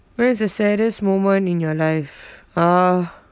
what is the saddest moment in your life uh